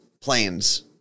planes